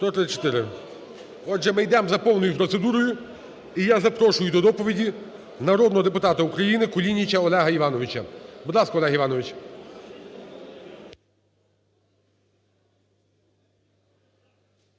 Отже, ми йдемо за повною процедурою. І я запрошую до доповіді народного депутата України Кулініча Олега Івановича. Будь ласка, Олег Іванович.